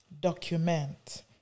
Document